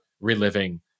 reliving